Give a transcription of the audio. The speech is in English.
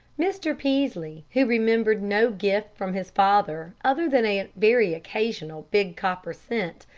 mr. peaslee, who remembered no gift from his father other than a very occasional big copper cent,